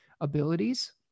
abilities